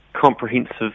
comprehensive